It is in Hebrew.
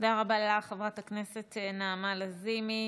תודה רבה לך, חברת הכנסת נעמה לזימי.